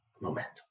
momentum